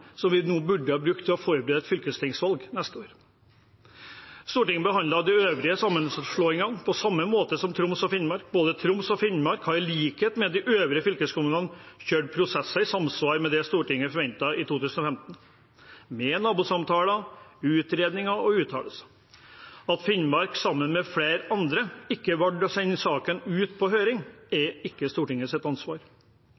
som vi burde ha brukt til å forberede fylkestingsvalget neste år. Stortinget behandlet de øvrige sammenslåingene på samme måte som sammenslåingen av Troms og Finnmark. Både Troms og Finnmark har i likhet med de øvrige fylkeskommunene kjørt prosesser i samsvar med det Stortinget forventet i 2015 – med nabosamtaler, utredninger og uttalelser. At Finnmark, sammen med flere andre, valgte ikke å sende saken ut på høring, er